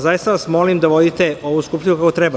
Zaista vas molim da vodite ovu Skupštinu kako treba.